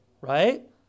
right